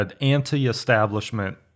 anti-establishment